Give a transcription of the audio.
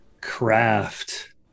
craft